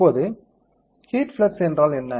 இப்போது heat flux என்றால் என்ன